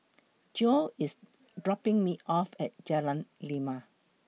Geo IS dropping Me off At Jalan Lima